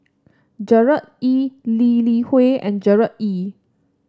Gerard Ee Lee Li Hui and Gerard Ee